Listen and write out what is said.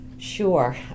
Sure